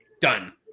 done